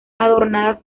adornadas